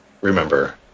remember